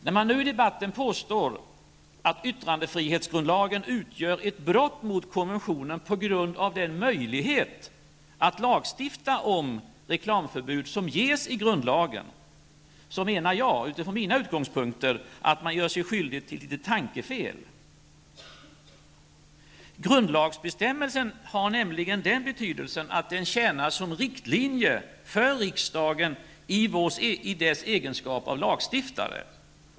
När man nu i debatten påstår att yttrandefrihetsgrundlagen utgör ett brott mot konventionen på grund av den möjlighet att lagstifta om reklamförbud som ges i grundlagen, menar jag -- utifrån mina utgångspunkter -- att man gör sig skyldig till ett tankefel. Grundlagsbestämmelsen har nämligen den betydelsen, att den tjänar som riktlinje för riksdagen i dess egenskap av lagstiftare.